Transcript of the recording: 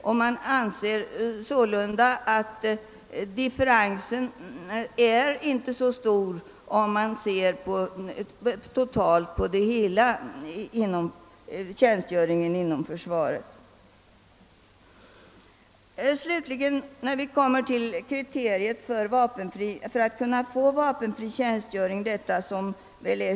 Differensen framstår alltså inte som särskilt stor om man jämför med tjänstgöringstiden på olika håll inom försvaret.